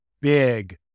big